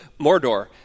Mordor